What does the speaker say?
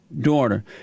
daughter